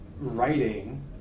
writing